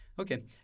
Okay